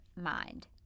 mind